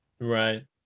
Right